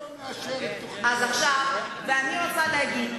20 שנה הממשלה לא מאשרת תוכניות.